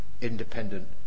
independent